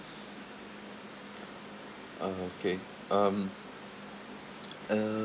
uh okay um uh